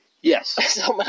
Yes